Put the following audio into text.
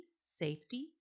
safety